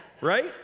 right